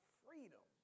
freedom